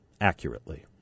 accurately